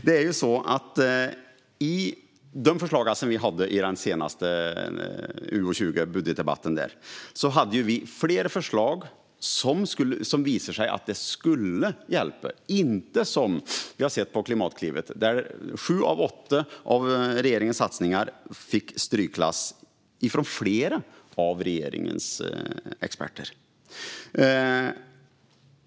I den senaste budgetdebatten om utgiftsområde 20 hade vi flera förslag som, visar det sig, skulle hjälpa - inte som vi har sett när det gäller Klimatklivet, där sju av åtta av regeringens satsningar bedömdes vara i strykklass av flera av regeringens experter.